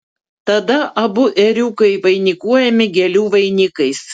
tada abu ėriukai vainikuojami gėlių vainikais